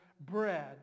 bread